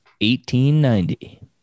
1890